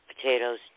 potatoes